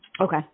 Okay